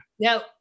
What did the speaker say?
Now